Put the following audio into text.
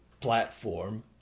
platform